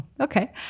okay